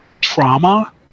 trauma